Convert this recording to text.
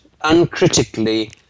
uncritically